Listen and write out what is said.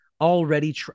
already